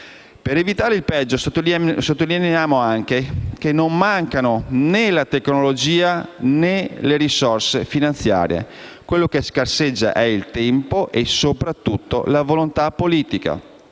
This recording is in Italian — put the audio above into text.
Per evitare il peggio non mancano né la tecnologia, né le risorse finanziarie: quello che scarseggia è il tempo e soprattutto la volontà politica.